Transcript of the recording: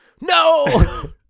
No